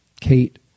Kate